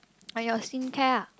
on your skincare ah